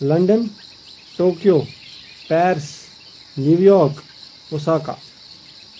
London Tokyo Paris New York Osaka